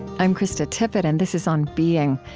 i'm krista tippett, and this is on being.